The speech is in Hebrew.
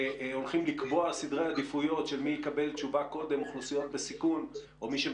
שהולכים לקבוע סדרי עדיפויות של מי יקבל תשובה קודם,